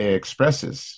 expresses